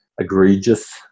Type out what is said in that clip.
egregious